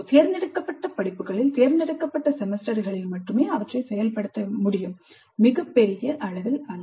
தேர்ந்தெடுக்கப்பட்ட படிப்புகளில் தேர்ந்தெடுக்கப்பட்ட செமஸ்டர்களில் மட்டுமே அவற்றை செயல்படுத்த முடியும் மிகப் பெரிய அளவில் அல்ல